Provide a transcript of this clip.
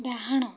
ଡାହାଣ